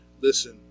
Listen